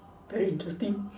very interesting